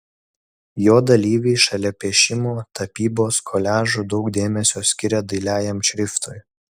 jo dalyviai šalia piešimo tapybos koliažų daug dėmesio skiria dailiajam šriftui